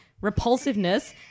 repulsiveness